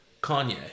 kanye